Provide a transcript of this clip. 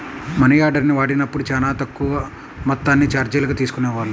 మనియార్డర్ని వాడినప్పుడు చానా తక్కువ మొత్తాన్ని చార్జీలుగా తీసుకునేవాళ్ళు